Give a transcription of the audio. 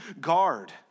guard